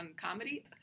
comedy